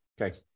Okay